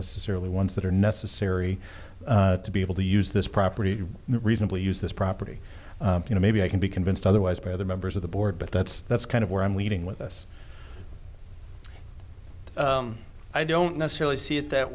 necessarily ones that are necessary to be able to use this property reasonably use this property you know maybe i can be convinced otherwise by other members of the board but that's that's kind of where i'm leading with us i don't necessarily see it that